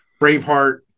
Braveheart